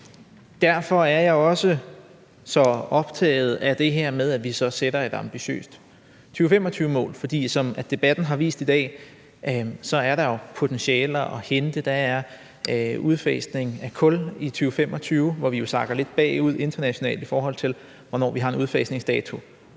derfor er jeg også så optaget af det her med, at vi sætter et ambitiøst 2025-mål. For som debatten har vist i dag, er der jo potentialer at hente. Der er en udfasning af kul i 2025, hvor vi jo sakker lidt bagud internationalt, i forhold til hvornår vi har en udfasningsdato